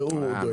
את זה הוא הביא,